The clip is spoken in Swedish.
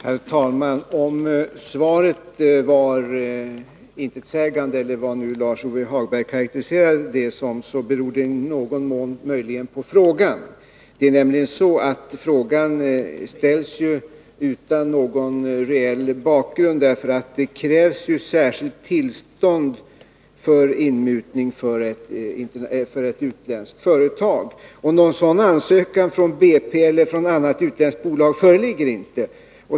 Herr talman! Om svaret var intetsägande, eller hur Lars-Ove Hagberg nu karakteriserade det, beror möjligen i någon mån på frågan. Frågan ställs utan någon reell bakgrund. Det krävs nämligen särskilt tillstånd till inmutning för ett utländskt företag, men någon sådan ansökan från BP eller annat utländskt bolag föreligger inte.